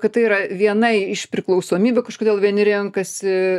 kad tai yra viena iš priklausomybių kažkodėl vieni renkasi